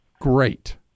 Great